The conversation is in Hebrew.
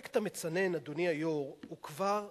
האפקט המצנן, אדוני היושב-ראש, הוא כבר בשטח.